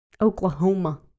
Oklahoma